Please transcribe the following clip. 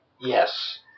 Yes